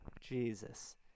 Jesus